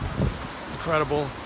incredible